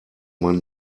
man